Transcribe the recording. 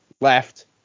left